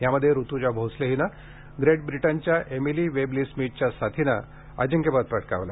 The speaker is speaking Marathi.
यामध्ये ऋतूजा भोसले हिने ग्रेट ब्रिटनच्या एमिली वेबली स्मिथच्या साथीने अजिंक्यपद पटकावले